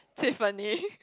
Tiffany